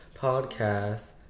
podcast